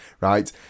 Right